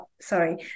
sorry